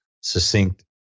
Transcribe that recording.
succinct